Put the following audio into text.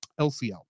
LCL